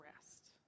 rest